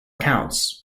accounts